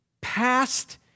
past